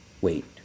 wait